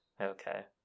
Okay